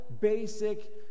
basic